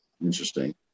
Interesting